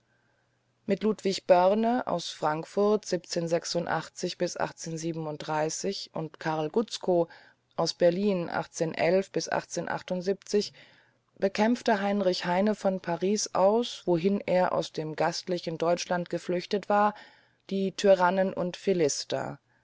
mit ludwig börne aus frankfurt und karl gutzkow aus berlin bekämpfte heinrich heine von paris aus wohin er aus dem gastlichen deutschland geflüchtet war die tyrannen und philister